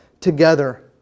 together